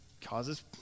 causes